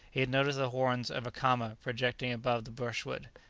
he had noticed the horns of a caama projecting above the brushwood,